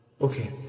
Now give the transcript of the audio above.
Okay